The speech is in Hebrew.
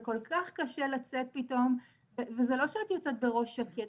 זה כל כך קשה לצאת פתאום וזה לא שאת יוצאת בראש שקט.